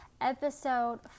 episode